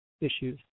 issues